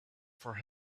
for